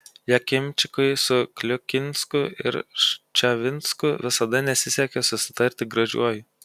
jakimčikui su kliukinsku ir ščavinsku visada nesisekė susitarti gražiuoju